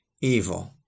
evil